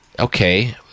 Okay